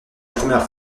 première